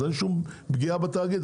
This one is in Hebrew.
אז אין שום פגיעה בתאגיד.